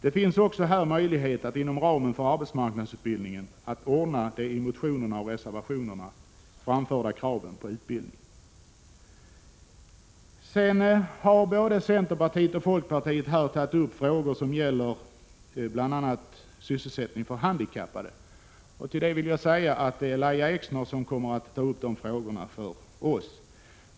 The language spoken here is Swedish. Det finns också här möjlighet att inom ramen för arbetsmarknadsutbildningen tillgodose de i motionerna och reservationerna framförda kraven på utbildning. Både centerpartiet och folkpartiet har tagit upp frågor som bl.a. gäller sysselsättningen för handikappade. Lahja Exner kommer att ta upp de frågorna för vår del.